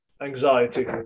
anxiety